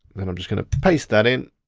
then i'm just gonna paste that in.